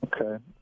Okay